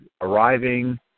arriving